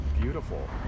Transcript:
beautiful